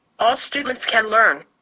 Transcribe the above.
all students can learn.